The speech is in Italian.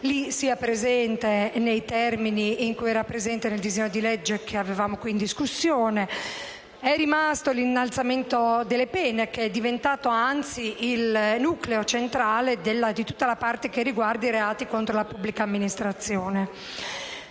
sia presente nei termini in cui era prevista dal disegno di legge che avevamo qui in discussione. È rimasto l'innalzamento delle pene, che è diventato anzi il nucleo centrale di tutta la parte riguardante i reati contro la pubblica amministrazione;